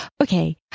okay